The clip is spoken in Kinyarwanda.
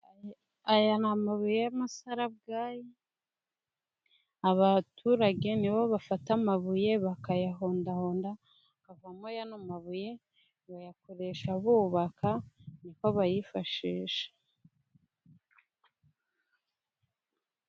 Aya ni amabuye y'amasarabwayi, abaturage nibo bafata amabuye bakayahondahonda hakavamo aya mamabuye, bayakoresha bubaka, niko bayifashisha.